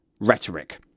rhetoric